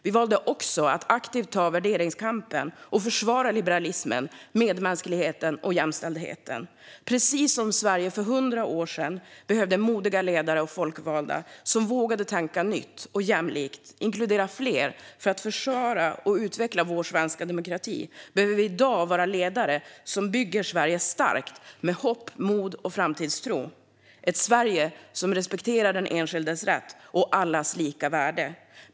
Vi valde också att aktivt ta värderingskampen och försvara liberalismen, medmänskligheten och jämställdheten. Precis som Sverige för 100 år sedan behövde modiga ledare och folkvalda som vågade tänka nytt och jämlikt, inkludera fler, för att försvara och utveckla vår svenska demokrati behöver vi i dag vara ledare som bygger Sverige starkt med hopp, mod och framtidstro. Det handlar om ett Sverige som respekterar den enskildes rätt och allas lika värde.